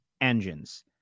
engines